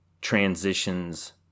transitions